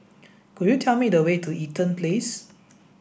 could you tell me the way to Eaton Place